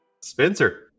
spencer